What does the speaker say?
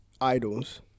idols